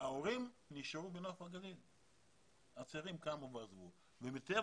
ההורים נשארו בנוף הגליל אבל הצעירים קמו ועזבו ומטבע